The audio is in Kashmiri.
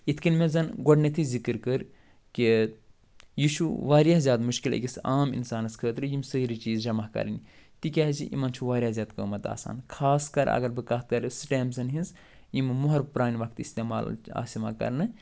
یِتھ کٔنۍ مےٚ زن گۄڈنٮ۪تھٕے ذِکر کٔر کہِ یہِ چھُ وارِیاہ زیادٕ مُشکِل أکِس عام اِنسانس خٲطرٕ یِم سٲری چیٖز جمع کَرٕنۍ تِکیٛازِ یِمن چھُ وارِیاہ زیادٕ قۭمتھ آسان خاص کر اگر بہٕ کَتھ کَرٕ سِٹٮ۪مزن ہِنٛز یِمہٕ مۄہر پرٛانہِ وقتہٕ استعمال آسہٕ یِوان کرنہٕ